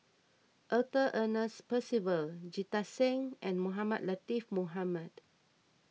Arthur Ernest Percival Jita Singh and Mohamed Latiff Mohamed